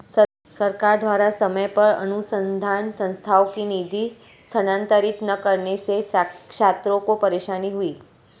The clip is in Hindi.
सरकार द्वारा समय पर अनुसन्धान संस्थानों को निधि स्थानांतरित न करने से छात्रों को परेशानी हुई